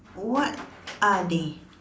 what are they